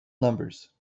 numbers